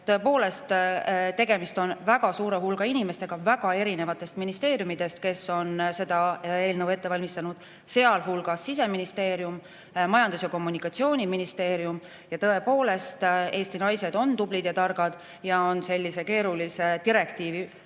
tõepoolest, tegemist on väga suure hulga inimestega väga erinevatest ministeeriumidest, kes on seda eelnõu ette valmistanud, sealhulgas Siseministeerium ja Majandus- ja Kommunikatsiooniministeerium. Tõepoolest, Eesti naised on tublid ja targad ja on sellise keerulise direktiivi